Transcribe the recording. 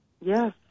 Yes